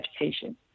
education